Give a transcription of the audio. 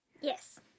Yes